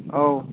औ